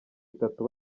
itatu